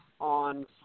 on